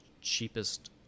cheapest